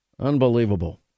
Unbelievable